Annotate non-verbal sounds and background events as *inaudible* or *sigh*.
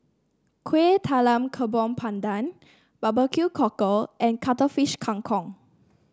Kuih Talam *unintelligible* pandan Barbecue Cockle and Cuttlefish Kang Kong